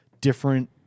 different